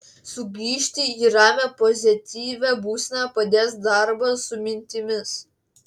sugrįžti į ramią pozityvią būseną padės darbas su mintimis